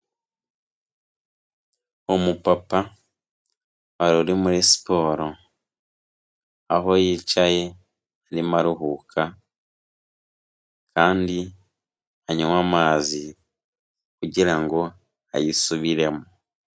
Umupapa ari muri siporo, aho yicaye arimo aruhuka kandi anywa amazi kugira ngo ayisubiremo.